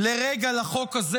לרגע לחוק הזה.